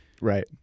Right